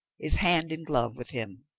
is hand in glove with him.